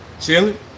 Chilling